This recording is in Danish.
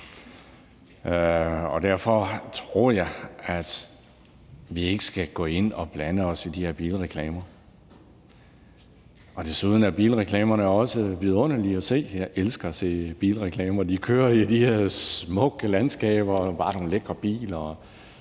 Derfor tror jeg, at vi ikke skal gå ind og blande os i de her bilreklamer. Desuden er bilreklamerne også vidunderlige at se – jeg elsker at se bilreklamer. De kører i de her smukke landskaber, og det er bare nogle lækre biler